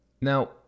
Now